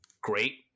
great